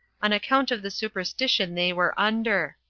on account of the superstition they were under.